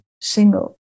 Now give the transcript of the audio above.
single